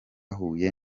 huye